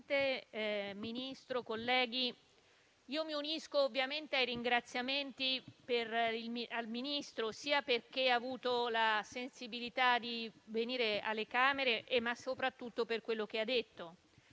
Signor Presidente, Ministro, colleghi, mi unisco certamente ai ringraziamenti al Ministro sia perché ha avuto la sensibilità di venire alle Camere sia soprattutto per quello che ha detto.